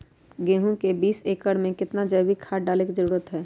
गेंहू में बीस एकर में कितना जैविक खाद डाले के जरूरत है?